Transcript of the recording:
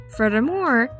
Furthermore